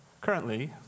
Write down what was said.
Currently